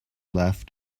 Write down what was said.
left